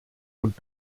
und